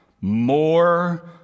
more